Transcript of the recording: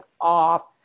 off